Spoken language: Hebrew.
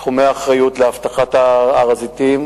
תחומי האחריות באבטחת הר-הזיתים,